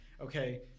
okay